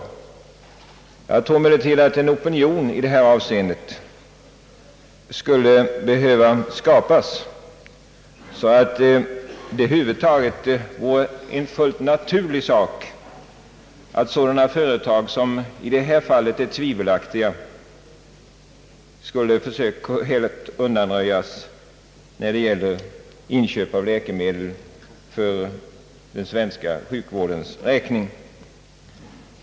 Men jag tror också att det skulle behöva skapas en opinion på detta område, så att det över huvud taget skulle anses fullt naturligt att tvivelaktiga företag inte skulle anlitas vid inköp av läkemedel för den svenska sjukvårdens räkning.